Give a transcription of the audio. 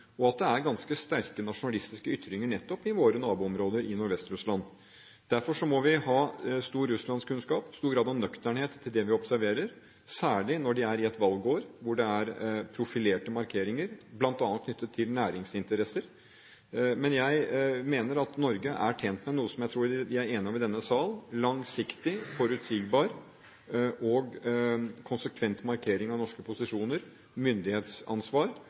og at det er ganske sterke nasjonalistiske ytringer nettopp i våre naboområder i Nordvest-Russland. Derfor må vi ha stor Russland-kunnskap, stor grad av nøkternhet til det vi observerer, særlig i et valgår hvor det er profilerte markeringer, bl.a. knyttet til næringsinteresser. Men jeg mener at Norge er tjent med – noe som jeg tror vi er enige om i denne sal – langsiktig, forutsigbar og konsekvent markering av norske posisjoner, myndighetsansvar